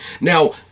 Now